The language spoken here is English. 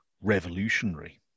revolutionary